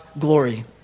glory